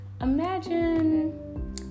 Imagine